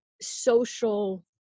social